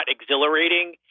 exhilarating